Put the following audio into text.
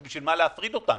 אז בשביל מה להפריד אותם?